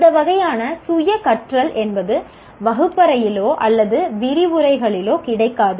இந்த வகையான சுய கற்றல் என்பது வகுப்பறையிலோ அல்லது விரிவுரைகளிலோ கிடைக்காது